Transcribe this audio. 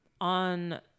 On